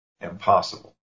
impossible